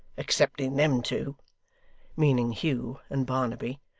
excepting them two meaning hugh and barnaby,